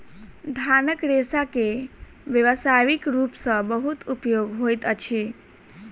धानक रेशा के व्यावसायिक रूप सॅ बहुत उपयोग होइत अछि